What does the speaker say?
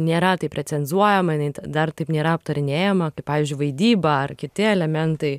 nėra taip recenzuoja jinai dar taip nėra aptarinėjama kaip pavyzdžiui vaidyba ar kiti elementai